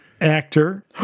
Actor